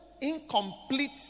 incomplete